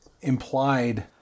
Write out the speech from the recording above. implied